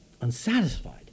unsatisfied